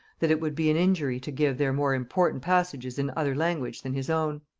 that it would be an injury to give their more important passages in other language than his own.